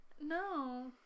No